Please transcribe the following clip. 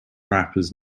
rappers